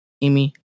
Amy